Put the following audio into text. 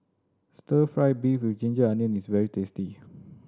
stir fried beef with ginger onions is very tasty